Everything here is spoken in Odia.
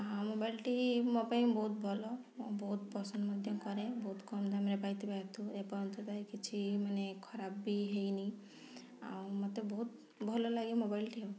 ଆ ମୋବାଇଲ୍ଟି ମୋ ପାଇଁ ବହୁତ ଭଲ ବହୁତ ପସନ୍ଦ ମଧ୍ୟ କରେ ବହୁତ କମ ଦାମ୍ରେ ପାଇଥିବା ହେତୁ ଏପର୍ଯ୍ୟନ୍ତ ଯାଏ ମାନେ କିଛି ଖରାପ ବି ହେଇନି ଆଉ ମୋତେ ବହୁତ ଭଲ ଲାଗେ ମୋବାଇଲ୍ଟି ଆଉ